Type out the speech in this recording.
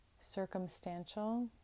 circumstantial